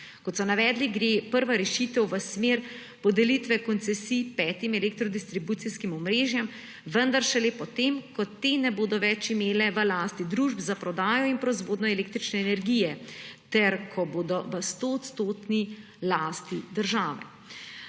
Kot so navedli, gre prva rešitev v smer podelitve koncesij petim elektrodistribucijskim omrežjem, vendar šele potem, ko te ne bodo več imele v lasti družb za prodajo in proizvodnjo električne energije ter ko bodo v 100-odstotni lasti države.